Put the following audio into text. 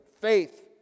Faith